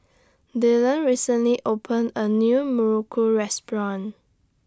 Dylan recently opened A New Muruku Restaurant